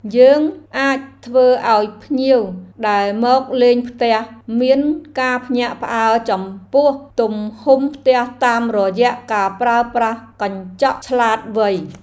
យើងអាចធ្វើឱ្យភ្ញៀវដែលមកលេងផ្ទះមានការភ្ញាក់ផ្អើលចំពោះទំហំផ្ទះតាមរយៈការប្រើប្រាស់កញ្ចក់ឆ្លាតវៃ។